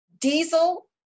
diesel